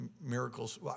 miracles